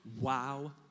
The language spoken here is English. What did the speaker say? wow